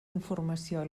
informació